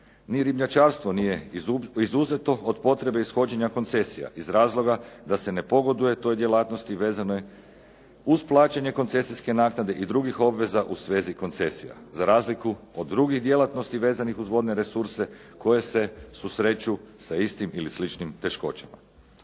Ni ribnjačarstvo nije izuzeto od potrebe ishođenja koncesija iz razloga da se ne pogoduje toj djelatnosti vezanoj uz plaćanje koncesijske naknade i drugih obveza u svezi koncesija za razliku od drugih djelatnosti vezanih uz vodne resurse koje se susreću sa istim ili sličnim teškoćama.